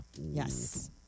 Yes